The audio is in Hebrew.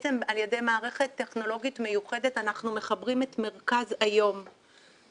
ובעצם על ידי מערכת טכנולוגית מיוחדת אנחנו מחברים את מרכז היום לבית